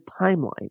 timeline